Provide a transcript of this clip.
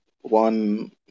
one